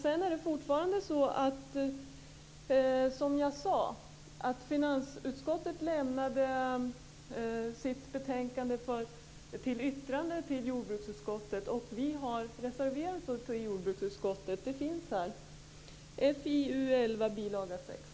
Som jag sade lämnade finansutskottet sitt betänkande för yttrande till jordbruksutskottet. Vi har reserverat oss. Det yttrandet finns i FiU11, bil. 6.